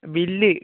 bill